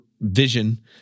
vision